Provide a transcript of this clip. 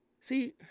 See